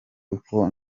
uko